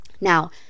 now